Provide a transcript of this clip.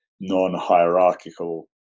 non-hierarchical